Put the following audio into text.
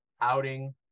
outing